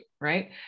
right